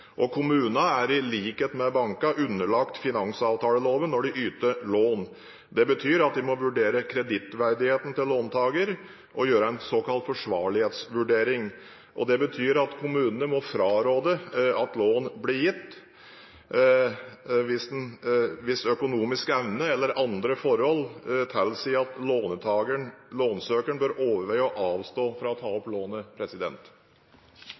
Kommunene er, i likhet med bankene, underlagt finansavtaleloven når de yter lån. Det innebærer at de må vurdere kredittverdigheten til lånsøkeren og gjøre en såkalt forsvarlighetsvurdering. Det betyr at kommunene må fraråde at lånet blir gitt hvis økonomisk evne eller andre forhold tilsier at lånsøkeren bør avstå fra å ta